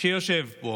שיושב פה